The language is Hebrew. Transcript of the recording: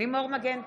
לימור מגן תלם,